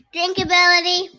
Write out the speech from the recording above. Drinkability